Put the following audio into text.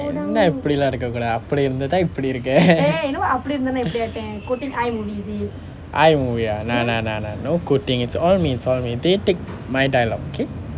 என்ன இப்படி எல்லாம் இருக்க கூடாது அப்படி இருந்துதான் இப்படி இருக்க:enna ippadi ellaam irukka kudaathu appadi irunthuthaan ippadi irukka I movie ah nah nah nah nah no quoting it's all me it's all me they take my dialogue okay